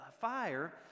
fire